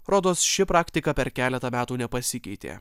rodos ši praktika per keletą metų nepasikeitė